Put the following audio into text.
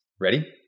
Ready